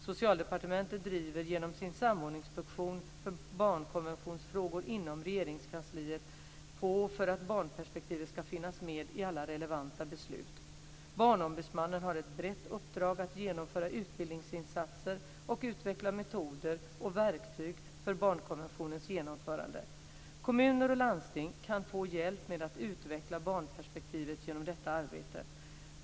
Socialdepartementet driver, genom sin samordningsfunktion för barnkonventionsfrågor inom Regeringskansliet, på för att barnperspektivet ska finnas med i alla relevanta beslut. Barnombudsmannen har ett brett uppdrag att genomföra utbildningsinsatser och utveckla metoder och verktyg för barnkonventionens genomförande. Kommuner och landsting kan få hjälp med att utveckla barnperspektivet genom detta arbete.